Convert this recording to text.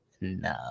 No